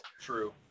True